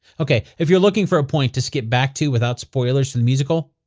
ok, if you're looking for a point to skip back to without spoilers to the musical,